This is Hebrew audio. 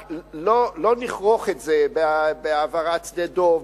רק לא נכרוך את זה בהעברת שדה דב,